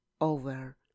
over